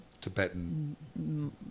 Tibetan